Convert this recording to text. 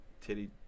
Titty